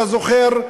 אתה זוכר,